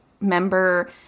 member